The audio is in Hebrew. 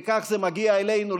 וכך זה מגיע אלינו,